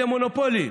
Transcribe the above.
אלה מונופולים.